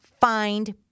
find